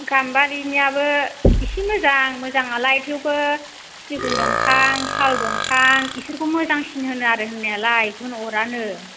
गाम्बारिनियाबो एसे मोजां मोजाङालाय थेवबो सिगुन दंफां साल दंफां बेफोरखौ मोजांसिनो होनो आरो होननायालाय गुन अरानो